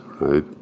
right